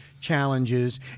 challenges